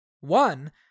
One